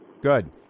Good